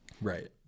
right